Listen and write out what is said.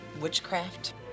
Witchcraft